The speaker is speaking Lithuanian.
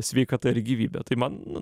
sveikata ir gyvybė tai man